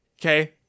okay